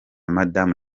madamu